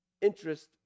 interest